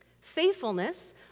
Faithfulness